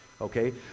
Okay